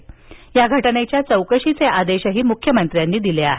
तसंच या घटनेच्या चौकशीचे आदेशही मुख्यमंत्र्यांनी दिले आहेत